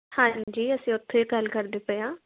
ਹਾਂਜੀ ਅਸੀਂ ਉੱਥੇ ਗੱਲ ਕਰਦੇ ਪਏ ਹਾਂ